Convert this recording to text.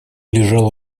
лежала